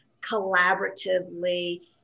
collaboratively